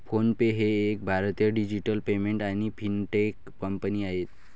phone पे ही एक भारतीय डिजिटल पेमेंट आणि फिनटेक कंपनी आहे